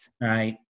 right